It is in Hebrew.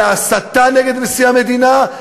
על ההסתה נגד נשיא המדינה,